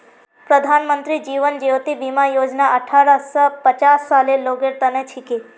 प्रधानमंत्री जीवन ज्योति बीमा योजना अठ्ठारह स पचास सालेर लोगेर तने छिके